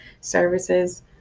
services